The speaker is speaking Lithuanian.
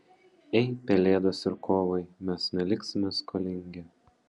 ei pelėdos ir kovai mes neliksime skolingi